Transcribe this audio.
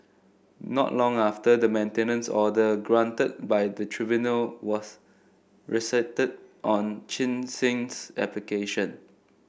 not long after the maintenance order granted by the tribunal was rescinded on Chin Sin's application